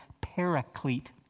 paraclete